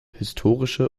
historische